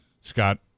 Scott